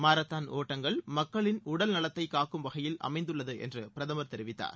marathon ஒட்டங்கள் மக்களின் உடல்நலத்தையும் காக்கும் வகையில் அமைந்துள்ளது என்று பிரதமர் தெரிவத்தார்